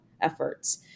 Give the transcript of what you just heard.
efforts